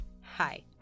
Hi